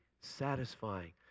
satisfying